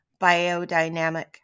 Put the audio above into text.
biodynamic